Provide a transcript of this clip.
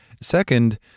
Second